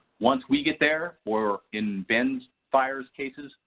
once we get there or in bend's fires cases,